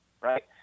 right